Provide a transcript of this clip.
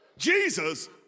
Jesus